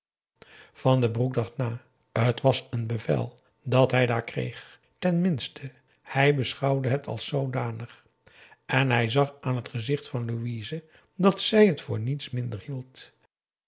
van den broek dacht na t was een bevel dat hij daar kreeg ten minste hij beschouwde het als zoodanig en hij zag aan het gezicht van louise dat zij het voor niets minder hield